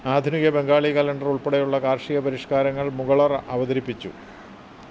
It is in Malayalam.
ആധുനിക ബംഗാളി കലണ്ടർ ഉൾപ്പെടെയുള്ള കാർഷിക പരിഷ്കാരങ്ങൾ മുഗളർ അവതരിപ്പിച്ചു